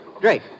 Drake